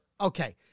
Okay